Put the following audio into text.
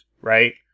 Right